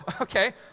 okay